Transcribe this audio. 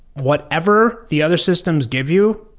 whatever the other systems give you,